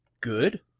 good